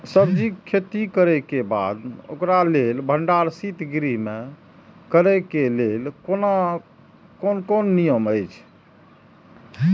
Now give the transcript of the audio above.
सब्जीके खेती करे के बाद ओकरा लेल भण्डार शित गृह में करे के लेल कोन कोन नियम अछि?